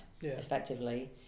effectively